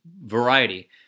variety